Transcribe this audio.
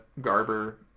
Garber